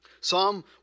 Psalm